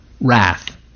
wrath